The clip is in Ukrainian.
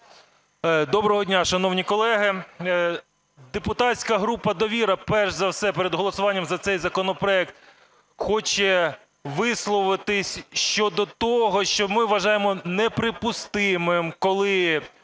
Доброго дня, шановні колеги! Депутатська група "Довіра", перш за все, перед голосуванням за цей законопроект хоче висловитись щодо того, що ми вважаємо неприпустимим, коли